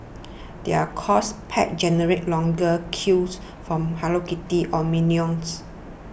their course packs generate longer queues from Hello Kitty or minions